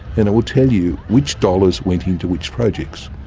and it will tell you which dollars went into which projects.